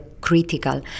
critical